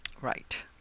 Right